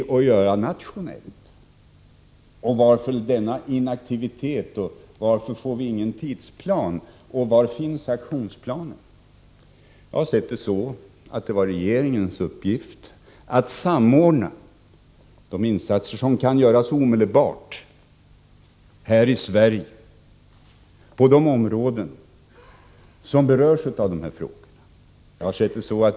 Jag har sett saken så, att det var regeringens uppgift att samordna de insatser som kan göras omedelbart här i Sverige på de områden som berörs.